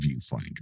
viewfinder